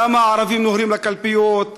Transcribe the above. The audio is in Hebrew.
למה הערבים נוהרים לקלפיות,